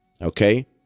Okay